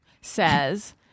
Says